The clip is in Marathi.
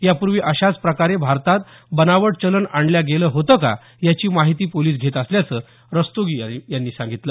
यापूर्वी अशाच प्रकारे भारतात बनावट चलन आणल्या गेलं होतं का याची माहिती पोलिस घेत असल्याचं रस्तोगी यांनी सांगितलं